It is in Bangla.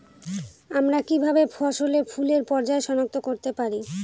আমরা কিভাবে ফসলে ফুলের পর্যায় সনাক্ত করতে পারি?